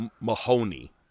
Mahoney